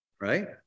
Right